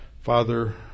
Father